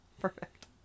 Perfect